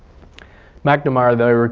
mcnamara, though,